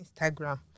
Instagram